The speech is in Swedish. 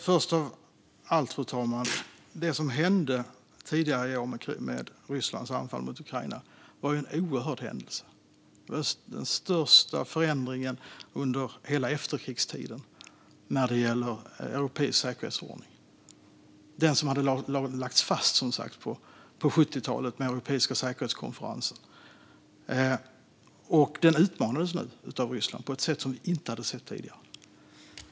Fru talman! Det som hände tidigare i år i och med Rysslands anfall mot Ukraina var en oerhörd händelse. Det var den största förändringen under hela efterkrigstiden när det gäller europeisk säkerhetsordning, den som hade lagts fast på 1970-talet med den europeiska säkerhetskonferensen. Denna säkerhetsordning utmanades nu av Ryssland på ett sätt som vi inte hade sett tidigare.